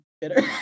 bitter